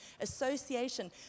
association